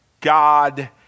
God